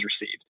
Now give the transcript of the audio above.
received